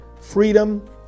freedom